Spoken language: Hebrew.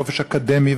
"חופש אקדמי",